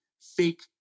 fake